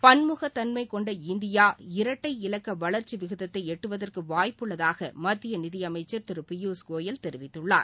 பன்முகத் தன்மை கொண்ட இந்தியா இரட்டை இலக்க வளர்ச்சி விகிதத்தை எட்டுவதற்கு வாய்ப்புள்ளதாக மத்திய நிதியமைச்சர் திரு பியூஷ் கோயல் தெரிவித்துள்ளார்